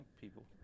people